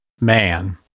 Man